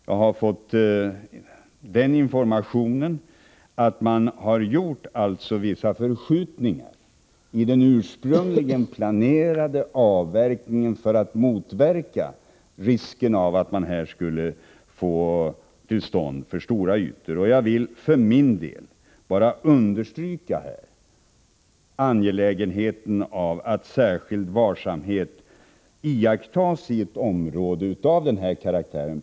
Jag har fått den informationen att man har gjort vissa förskjutningar i den ursprungligen planerade avverkningen för att motverka risken för att få till stånd för stora ytor, och jag vill för min del bara understryka angelägenheten av att särskild varsamhet iakttages i ett område av denna karaktär.